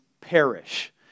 perish